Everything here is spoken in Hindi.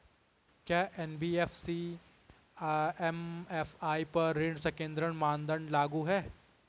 क्या एन.बी.एफ.सी एम.एफ.आई पर ऋण संकेन्द्रण मानदंड लागू हैं?